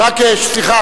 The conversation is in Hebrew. סליחה,